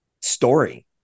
story